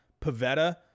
Pavetta